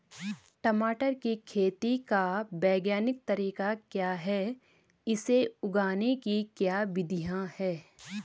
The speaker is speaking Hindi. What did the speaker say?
टमाटर की खेती का वैज्ञानिक तरीका क्या है इसे उगाने की क्या विधियाँ हैं?